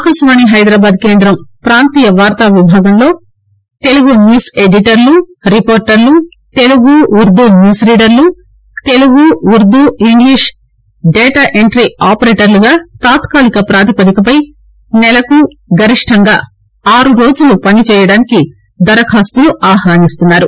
ఆకాశవాణి హైదరాబాద్ కేందం పాంతీయ వార్తా విభాగంలో తెలుగు న్యూస్ ఎడిటర్లు రిపోర్టర్లు తెలుగు ఉర్దూ న్యూస్ రీడర్లు Telugu Urdu English data entry ఆపరేటర్లుగా తాత్కాలిక పాతిపదికపై నెలకు గరిష్టంగా ఆ రోజు రోజులు పని చేసేందుకు దరఖాస్తులు ఆహ్వానిస్తున్నారు